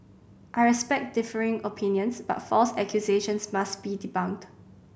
I respect differing opinions but false accusations must be debunked